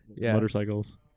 motorcycles